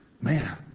Man